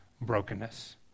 brokenness